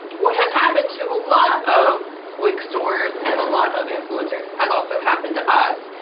what has happened to a lot of wig stores and a lot of influencers, has also happened to us,